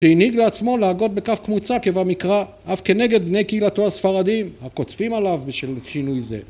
שהנהיג לעצמו להגות בכף קמוצה כבמקרא אף כנגד בני קהילתו הספרדים הקוצפים עליו בשל שינוי זה.